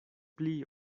pli